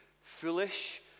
foolish